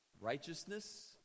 righteousness